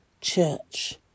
church